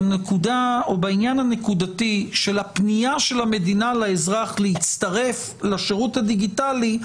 שבעניין הנקודתי של הפנייה של המדינה לאזרח להצטרף לשירות הדיגיטלי,